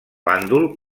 bàndol